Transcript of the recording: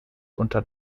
unter